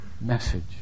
message